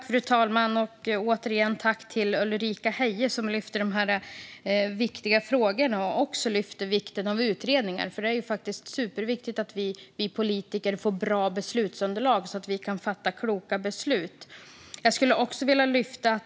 Fru talman! Återigen tack till Ulrika Heie som lyfter upp dessa viktiga frågor och även vikten av utredningar. Det är ju superviktigt att vi politiker får bra beslutsunderlag så att vi kan fatta kloka beslut.